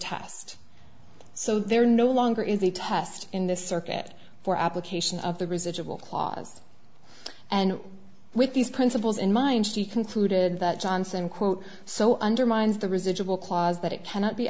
test so they're no longer in the test in the circuit for application of the residual clause and with these principles in mind she concluded that johnson quote so undermines the residual clause that it cannot be